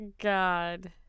God